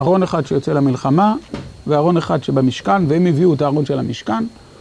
ארון אחד שיוצא למלחמה, וארון אחד שבמשכן, והם הביאו את הארון של המשכן.